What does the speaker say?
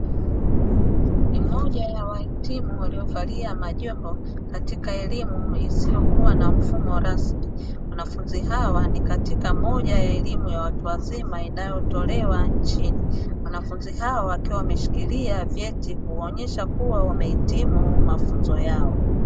Ni mmoja ya wahitimu walio valia majoho katika elimu isiyokuwa na mfumo rasmi, wanafunzi hawa ni katika moja ya elimu ya watu wazima inayotolewa nchini wanafunzi hawa wakiwa wameshikilia vyeti kuonyesha kuwa wamehitimu mafunzo yao.